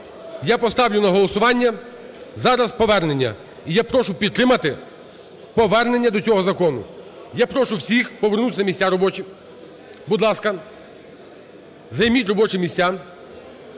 Я поставлю на голосування зараз повернення. І я прошу підтримати повернення до цього закону. Я прошу всіх повернутись на місця робочі. Будь ласка, займіть робочі місця.